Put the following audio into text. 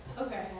Okay